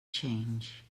change